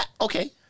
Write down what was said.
Okay